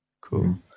Cool